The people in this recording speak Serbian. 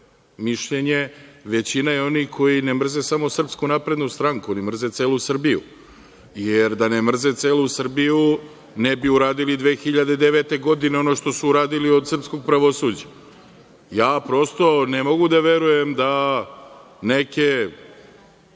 mišljenje, većina je onih koji ne mrze samo SNS, oni mrze celu Srbiju, jer da ne mrze celu Srbiju ne bi uradili 2009. godine ono što su uradili od srpskog pravosuđa. Ne mogu da verujem da neke,